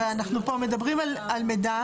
הרי אנחנו פה מדברים על מידע.